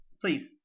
please